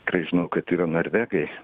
tikrai žinau kad yra norvegai